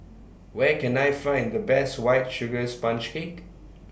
Where Can I Find The Best White Sugar Sponge Cake